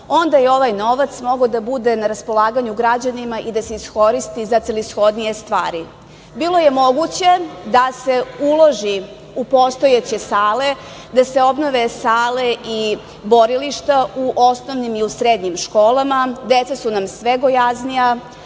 onda je ovaj novac mogao da bude na raspolaganju građanima i da se iskoristi za celishodnije stvari. Bilo je moguće da se uloži u postojeće sale, da se obnove sale i borilišta u osnovnim i u srednjim školama, deca su nam sve gojaznija,